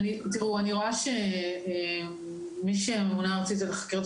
אני רואה שהממונה הארצית על חקירות